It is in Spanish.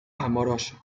amoroso